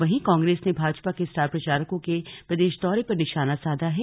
वहीं कांग्रेस ने भाजपा के स्टार प्रचारकों के प्रदेश दौरे पर निशाना साधा है